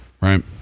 Right